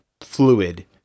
fluid